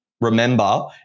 remember